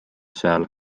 seal